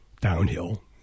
downhill